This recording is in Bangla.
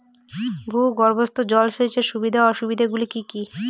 ভূগর্ভস্থ জল সেচের সুবিধা ও অসুবিধা গুলি কি কি?